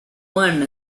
one